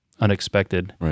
unexpected